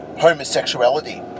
homosexuality